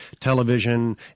television